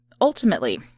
Ultimately